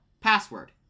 password